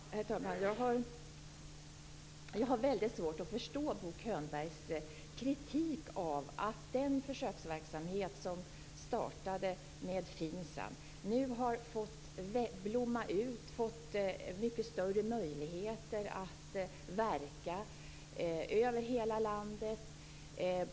Herr talman! Jag har väldigt svårt att förstå Bo Könbergs kritik av att den försöksverksamhet som startade med FINSAM nu har fått blomma ut och fått mycket större möjligheter att verka över hela landet.